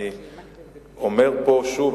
אני אומר פה שוב,